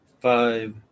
five